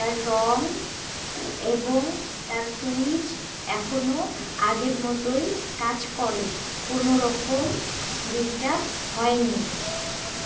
তার রং এবং তার সুইচ এখনও আগের মতোই কাজ করে কোন রকম ডিস্টার্ব হয়নি